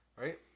Right